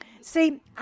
See